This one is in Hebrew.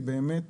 באמת